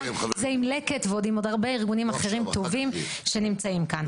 זה עם ארגון "לקט" ועם עוד הרבה ארגונים אחרים טובים שנמצאים כאן.